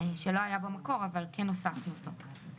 שלא היה במקור אבל הוספנו אותו.